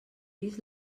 vist